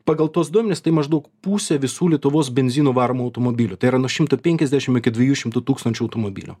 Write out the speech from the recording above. pagal tuos duomenis tai maždaug pusė visų lietuvos benzinu varomų automobilių tai yra nuo šimto penkiasdešim iki dviejų šimtų tūkstančių automobilių